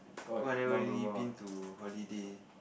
cause I never really been to holiday